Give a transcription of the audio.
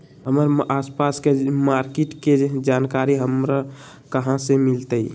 हमर आसपास के मार्किट के जानकारी हमरा कहाँ से मिताई?